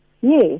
Yes